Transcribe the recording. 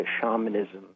shamanism